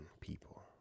people